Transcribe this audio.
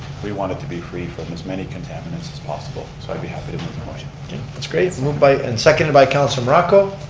we want it to be free from as many contaminants as possible. so i'd be happy to move the motion. okay that's great, moved and seconded by councilor morocco.